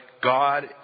God